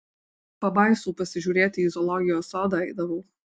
pabaisų pasižiūrėti į zoologijos sodą eidavau